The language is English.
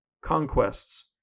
conquests